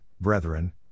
brethren